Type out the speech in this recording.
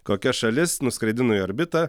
kokia šalis nuskraidino į orbitą